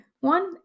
One